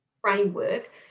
framework